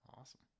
Awesome